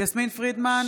יסמין פרידמן,